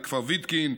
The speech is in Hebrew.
לכפר ויתקין,